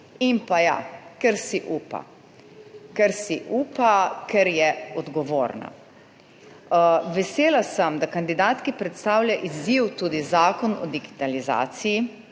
In pa ja, ker si upa, ker je odgovorna Vesela sem, da kandidatki predstavlja izziv tudi Zakon o digitalizaciji,